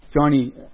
Johnny